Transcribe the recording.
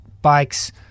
bikes